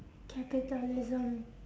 capitalism